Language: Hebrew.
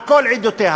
על כל עדותיה.